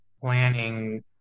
planning